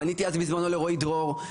פניתי בזמנו לרועי דרור,